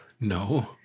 No